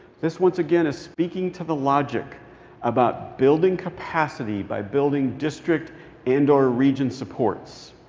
this, once again, is speaking to the logic about building capacity by building district and or region supports.